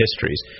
histories